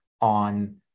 on